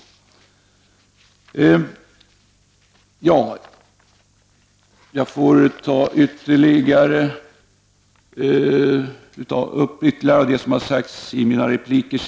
Jag märker att jag får lov att ta upp annat av det som har sagts i mina repliker.